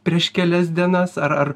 prieš kelias dienas ar ar